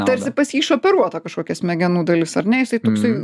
tarsi pas jį išoperuota kažkokia smegenų dalis ar ne jisai toksai